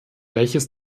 welches